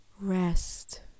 rest